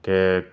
کہ